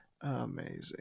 Amazing